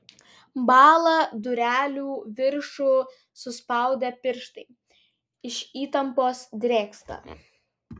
bąla durelių viršų suspaudę pirštai iš įtampos drėgsta